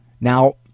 Now